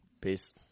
Peace